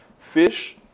Fish